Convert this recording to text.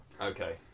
Okay